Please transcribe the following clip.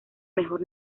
mejor